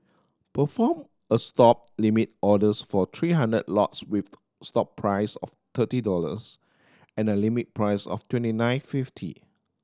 perform a Stop limit orders for three hundred lots with stop price of thirty dollars and limit price of twenty nine fifty